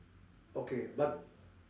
okay but